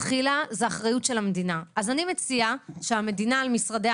תקשיבו, יש פה סוג של ערעור על ההחלטה של השר,